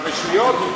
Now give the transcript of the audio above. הרשויות?